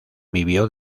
vivió